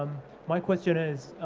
my question is,